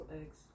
eggs